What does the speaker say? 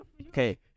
Okay